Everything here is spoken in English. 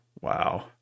Wow